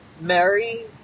Mary